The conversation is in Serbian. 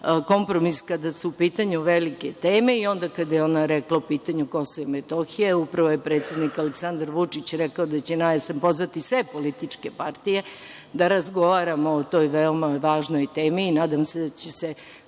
kompromis kada su u pitanju velike teme, i onda kada je ona rekla po pitanju Kosova i Metohije. Upravo je predsednik Aleksandar Vučić rekao da će na jesen pozvati sve političke partije da razgovaramo o toj veoma važnoj temi. Nadam se da će se